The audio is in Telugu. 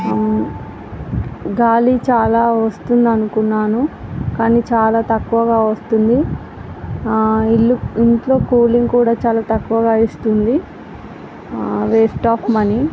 గాలి చాలా వస్తుందనుకున్నాను కానీ చాలా తక్కువగా వస్తుంది ఇంట్లో కూలింగ్ కూడా చాలా తక్కువగా ఇస్తుంది ఆ వేస్ట్ ఆఫ్ మనీ